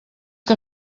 que